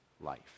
life